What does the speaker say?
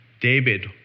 David